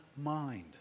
mind